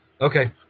okay